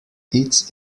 its